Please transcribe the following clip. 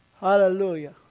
Hallelujah